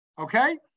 okay